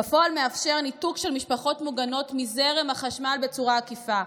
בפועל זה מאפשר ניתוק של משפחות מוגנות מזרם החשמל בצורה עקיפה.